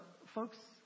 folks